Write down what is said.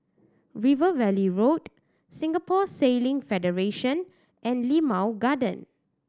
River Valley Road Singapore Sailing Federation and Limau Garden